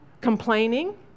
complaining